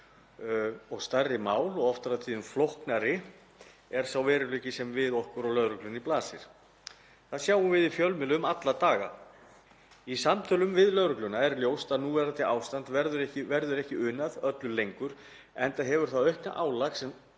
stærri mál og oft og tíðum flóknari er sá veruleiki sem við okkur og lögreglunni blasir. Það sjáum við í fjölmiðlum alla daga. Í samtölum við lögregluna er ljóst að við núverandi ástand verður ekki unað öllu lengur enda eykur það aukna álag sem